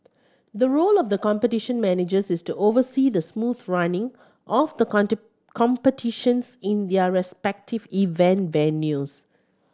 the role of the Competition Managers is to oversee the smooth running of the competitions in their respective event venues